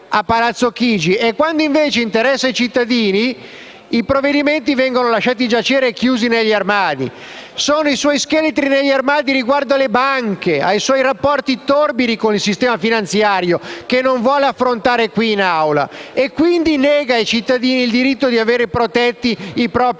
a Palazzo Chigi, e, quando invece interessano ai cittadini, i provvedimenti vengono lasciati giacere chiusi negli armadi. Sono i suoi scheletri nell'armadio riguardo alle banche e ai suoi rapporti torbidi con il sistema finanziario che non vuole affrontare qui in Aula e, quindi, nega ai cittadini il diritto di vedere protetti i propri